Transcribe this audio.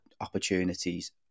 opportunities